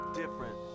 different